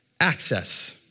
access